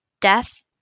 death